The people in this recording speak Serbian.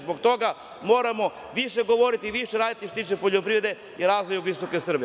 Zbog toga moramo više govoriti, više raditi što se tiče poljoprivrede i razvoja Srbije.